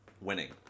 winning